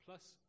Plus